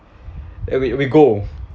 we we go